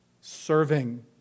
serving